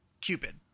Cupid